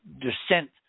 descent